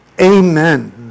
Amen